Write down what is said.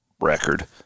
record